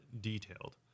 detailed